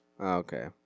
Okay